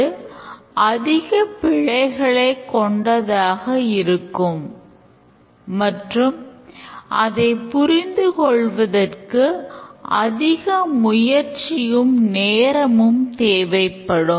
அது அதிகப் பிழைகளை கொண்டதாக இருக்கும் மற்றும் அதை புரிந்து கொள்வதற்கு அதிக முயற்சியும் நேரமும் தேவைப்படும்